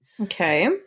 Okay